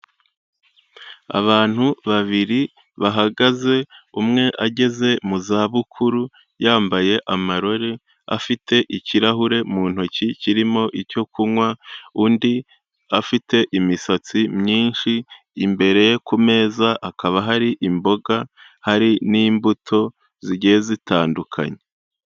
Abantu babiri bahagaze umwe ageze mu zabukuru yambaye amarore afite ikirahure mu ntoki kirimo icyo kunywa, undi afite imisatsi myinshi imbere ye ku meza hakaba hari imboga hari n'imbuto zigiye zitandukanye.